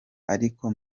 ariko